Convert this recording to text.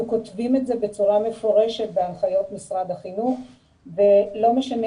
אנחנו כותבים את זה בצורה מפורשת בהנחיות משרד החינוך ולא משנה,